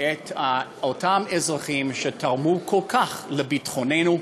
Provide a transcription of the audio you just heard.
את אותם אזרחים שתרמו כל כך לביטחוננו,